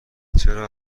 چرا